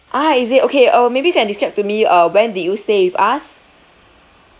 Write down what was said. ah is it okay uh maybe you can describe to me uh when did you stayed with us